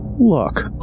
Look